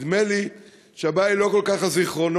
נדמה לי שהבעיה היא לא כל כך הזיכרונות,